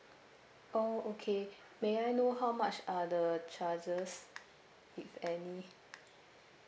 oh okay may I know how much are the charges if any